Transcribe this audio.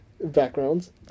backgrounds